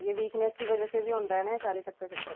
हां जी हां जी बीकनैस्स दी बज़ह कन्नै बी आंदा ऐ ना सारा चक्कर शक्कर हां